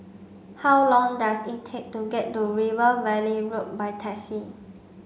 how long does it take to get to River Valley Road by taxi